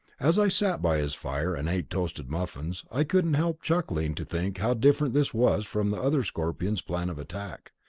as i sat by his fire and ate toasted muffins i couldn't help chuckling to think how different this was from the other scorpions' plan of attack.